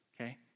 Okay